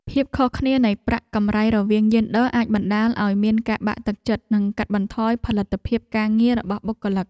ភាពខុសគ្នានៃប្រាក់កម្រៃរវាងយេនឌ័រអាចបណ្តាលឱ្យមានការបាក់ទឹកចិត្ត និងកាត់បន្ថយផលិតភាពការងាររបស់បុគ្គលិក។